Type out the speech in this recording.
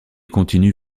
continue